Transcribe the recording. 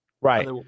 Right